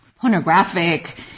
pornographic